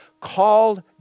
called